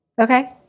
okay